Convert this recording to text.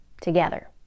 together